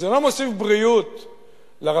זה לא מוסיף בריאות לרצון,